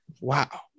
wow